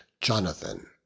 Jonathan